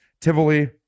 Tivoli